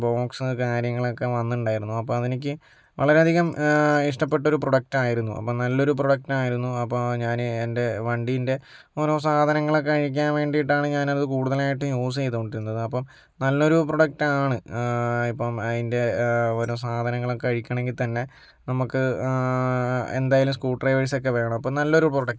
box കാര്യങ്ങളൊക്കെ വന്നിട്ടുണ്ടായിരുന്നു അപ്പോൾ അതെനിക്ക് വളരെയധികം ഇഷ്ടപ്പെട്ടൊരു പ്രൊഡക്റ്റായിരുന്നു അപ്പോൾ നല്ലൊരു പ്രൊഡക്റ്റായിരുന്നു അപ്പോൾ ഞാൻ എൻ്റെ വണ്ടീൻ്റെ ഓരോ സാധനങ്ങളൊക്കെ അഴിക്കാൻ വേണ്ടീട്ടാണ് ഞാനത് കൂടുതലായിട്ടും യൂസ് ചെയ്തുകൊണ്ടിരുന്നത് അപ്പോൾ നല്ലൊരു പ്രൊഡക്റ്റാണ് ഇപ്പോൾ അതിൻ്റെ ഓരോ സാധനങ്ങളൊക്കെ അഴിക്കണമെങ്കിൽ തന്നെ നമുക്ക് എന്തായാലും സ്ക്രൂ ഡ്രൈവേഴ്സൊക്കെ വേണം അപ്പോൾ നല്ലൊരു പ്രൊഡക്റ്റാണ്